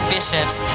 Bishops